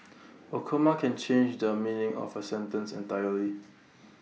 A comma can change the meaning of A sentence entirely